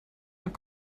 nach